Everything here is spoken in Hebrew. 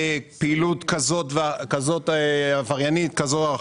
פעילות עבריינית כזו או אחרת,